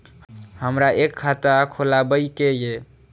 हमरा एक खाता खोलाबई के ये?